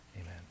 amen